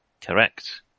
Correct